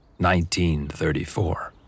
1934